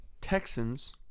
Texans